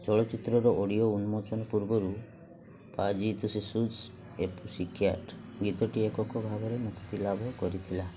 ଚଳଚ୍ଚିତ୍ରର ଅଡ଼ିଓ ଉନ୍ମୋଚନ ପୂର୍ବରୁ Paaji Tussi such a pussycat ଗୀତଟି ଏକକ ଭାବରେ ମୁକ୍ତିଲାଭ କରିଥିଲା